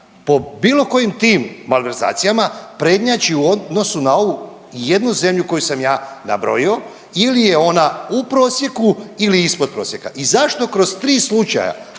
po bilo kojim ti malverzacijama prednjači u odnosu na ovu ijednu zemlju koju sam ja nabrojio ili je ona u prosjeku ili ispod prosjeka? I zašto kroz tri slučaja